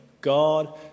God